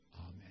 Amen